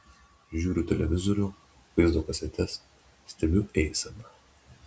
žiūriu televizorių vaizdo kasetes stebiu eiseną